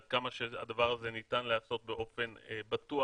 ועד כמה שהדבר הזה ניתן להיעשות באופן בטוח,